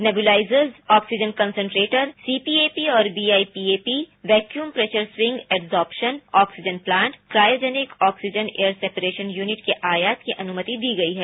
nebulisers oxygen concentrator CPAP और BIPAP vacuum pressure swing adsorption oxygen plant cryogenic oxygen air separation unit के आयात की अनुमति दी गई है